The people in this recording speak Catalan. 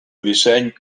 disseny